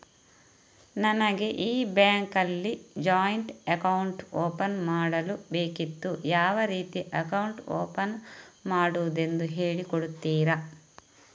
ನನಗೆ ಈ ಬ್ಯಾಂಕ್ ಅಲ್ಲಿ ಜಾಯಿಂಟ್ ಅಕೌಂಟ್ ಓಪನ್ ಮಾಡಲು ಬೇಕಿತ್ತು, ಯಾವ ರೀತಿ ಅಕೌಂಟ್ ಓಪನ್ ಮಾಡುದೆಂದು ಹೇಳಿ ಕೊಡುತ್ತೀರಾ?